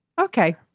Okay